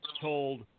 told